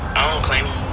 i don't claim